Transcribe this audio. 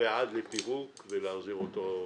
ועד לפירוק ולהחזרתו למחסן.